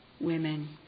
women